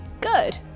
Good